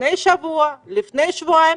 לפני שבוע, לפני שבועיים.